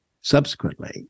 subsequently